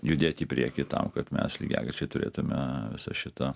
judėti į priekį tam kad mes lygiagrečiai turėtume šitą